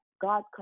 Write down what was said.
God